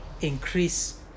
increase